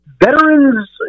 Veterans